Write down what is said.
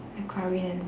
the chlorine and